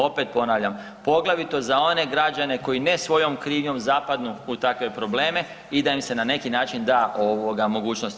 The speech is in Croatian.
Opet ponavljam, poglavito za one građane koji ne svojom krivnjom zapadnu u takve probleme i da im se na neki način da mogućnost.